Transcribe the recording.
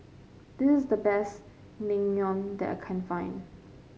this is the best Naengmyeon that I can find